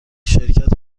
شرکت